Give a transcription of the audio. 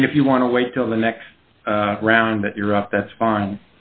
i mean if you want to wait till the next round that you're out that's fine